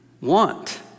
want